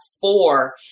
four